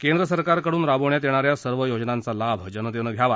केद्र सरकारकडून राबवण्यात येणा या सर्व योजनांचा लाभ जनतेनं घ्यावा